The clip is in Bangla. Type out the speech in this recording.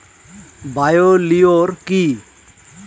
বায়ো লিওর কি?